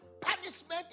punishment